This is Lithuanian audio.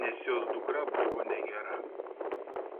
nes jos dukra buvo negera